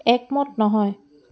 একমত নহয়